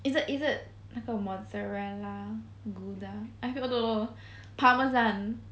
is it is it 那个 mozzarella gouda I don't know parmesan